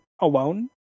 alone